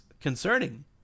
concerning